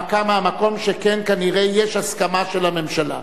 הנמקה מהמקום, שכן כנראה יש הסכמה של הממשלה.